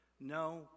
No